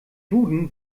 duden